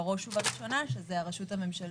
הרשות הממשלתית,